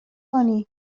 کنی